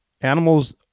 animals